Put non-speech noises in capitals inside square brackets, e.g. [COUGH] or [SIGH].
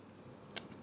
[NOISE]